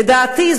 לדעתי,